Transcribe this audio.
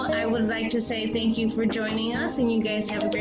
i would like to say thank you for joining us, and you guys have a great